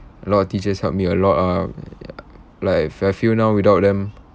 a lot of teachers helped me a lot ah ya like I f~ feel now without them